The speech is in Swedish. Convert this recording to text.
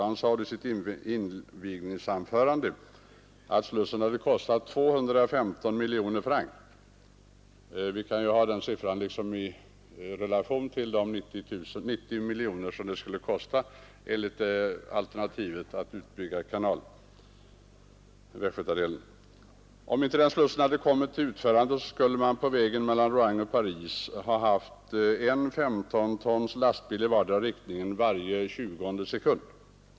Han sade då i sitt invigningsanförande att slusssen hade kostat 215 miljoner francs. Vi kan ställa den siffran i relation till de 90 miljoner som det enligt detta alternativ skulle kosta att bygga ut kanalens västgötadel. Om inte den slussen hade kommit till utförande skulle man på vägen mellan Rouen och Paris ha haft en 15 tons lastbil i vardera riktningen var tjugonde sekund.